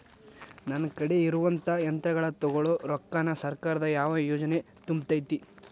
ನನ್ ಕಡೆ ಇರುವಂಥಾ ಯಂತ್ರಗಳ ತೊಗೊಳು ರೊಕ್ಕಾನ್ ಸರ್ಕಾರದ ಯಾವ ಯೋಜನೆ ತುಂಬತೈತಿ?